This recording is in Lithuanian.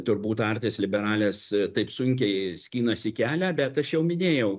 turbūt artes liberales taip sunkiai skinasi kelią bet aš jau minėjau